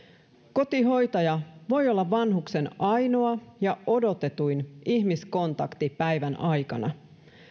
kotihoitaja voi olla vanhuksen ainoa ja odotetuin ihmiskontakti päivän aikana